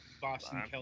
Boston